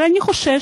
אבל אני חושש